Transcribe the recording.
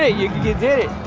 ah you you did it,